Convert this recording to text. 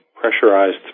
pressurized